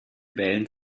wählen